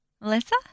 Melissa